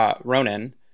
Ronan